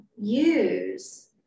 use